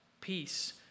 peace